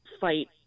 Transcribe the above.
fight